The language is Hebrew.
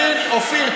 אופיר,